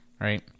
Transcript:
right